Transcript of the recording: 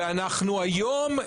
ואנחנו היום,